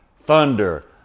Thunder